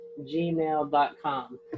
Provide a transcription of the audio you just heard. gmail.com